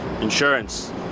insurance